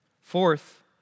Fourth